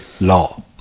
law